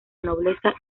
nobleza